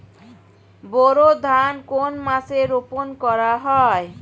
বোরো ধান কোন মাসে রোপণ করা হয়?